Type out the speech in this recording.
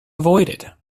avoided